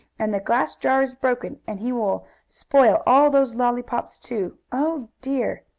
and the glass jar is broken, and he will spoil all those lollypops, too. oh dear!